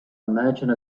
imagine